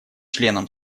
членом